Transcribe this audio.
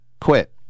quit